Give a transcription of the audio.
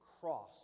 cross